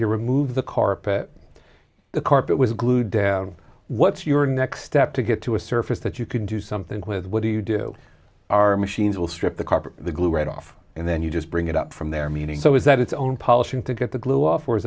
your remove the carpet the carpet was glued down what's your next step to get to a surface that you can do something clear what do you do our machines will strip the carpet the glue right off and then you just bring it up from there meaning so is that its own polishing to get the glue off or is